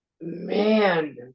man